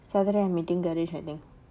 saturday I meeting I think